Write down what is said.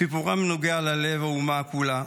סיפורם נוגע ללב האומה כולה.